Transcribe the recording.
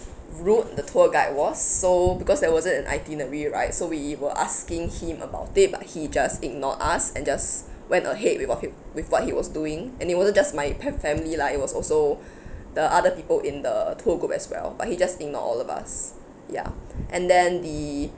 rude the tour guide was so because there wasn't an itinerary right so we were asking him about it but he just ignore us and just went ahead with what he with what he was doing and it wasn't just my my family lah it was also the other people in the tour group as well but he just ignore all of us ya and then the